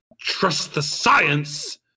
trust-the-science